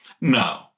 No